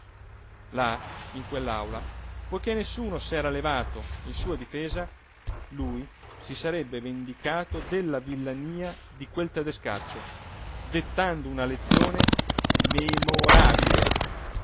là in quell'aula poiché nessuno s'era levato in sua difesa lui si sarebbe vendicato della villania di quel tedescaccio dettando una lezione memorabile